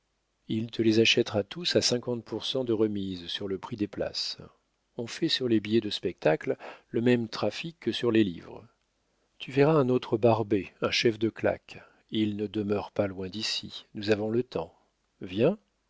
il te les achètera tous à cinquante pour cent de remise sur le prix des places on fait sur les billets de spectacle le même trafic que sur les livres tu verras un autre barbet un chef de claque il ne demeure pas loin d'ici nous avons le temps viens